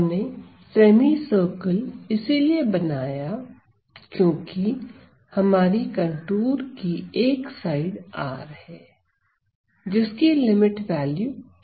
हमने semi circle इसीलिए बनाया है क्योंकि हमारी कंटूर की एक साइड R है जिसकी लिमिट वैल्यू ∞ है